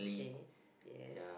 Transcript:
okay yes